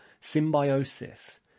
symbiosis –